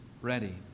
ready